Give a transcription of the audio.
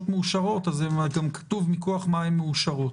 מאושרות וגם כתוב מכוח מה הן מאושרות,